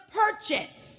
purchase